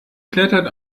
klettert